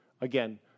Again